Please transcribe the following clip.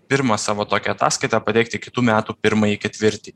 pirmą savo tokią ataskaitą pateikti kitų metų pirmąjį ketvirtį